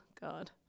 god